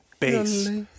Bass